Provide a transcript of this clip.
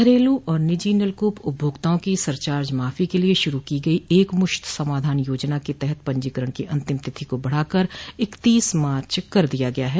घरेलू और निजी नलकूप उपभोक्ताओं की सरचार्ज माफी के लिए शूरू की गई एक मृश्त समाधान योजना के तहत पंजीकरण की अंतिम तिथि को बढ़ाकर इक्तीस मार्च कर दिया गया है